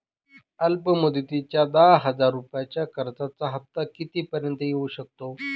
अल्प मुदतीच्या दहा हजार रुपयांच्या कर्जाचा हफ्ता किती पर्यंत येवू शकतो?